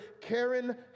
Karen